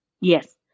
Yes